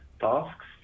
tasks